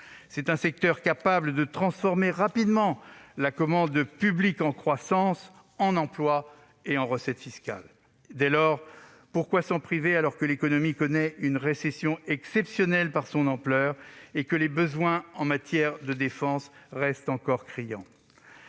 C'est un secteur capable de transformer rapidement la commande publique en croissance, en emplois et en recettes fiscales. Dès lors, pourquoi s'en priver, alors que l'économie connaît une récession exceptionnelle par son ampleur et que les besoins en matière de défense restent criants ?